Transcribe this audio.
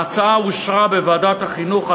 ההצעה אושרה בוועדת החינוך,